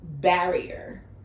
barrier